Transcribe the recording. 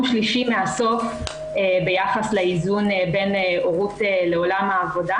שלישי מהסוף ביחס לאיזון בין הורות לעולם העבודה.